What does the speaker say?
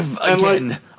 Again